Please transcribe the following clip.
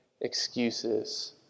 excuses